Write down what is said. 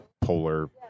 polar